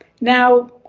Now